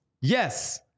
Yes